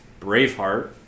Braveheart